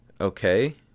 Okay